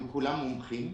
הם כולם מומחים.